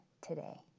today